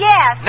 Yes